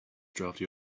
drafty